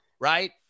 right